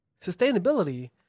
Sustainability